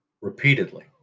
repeatedly